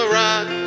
rock